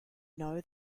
know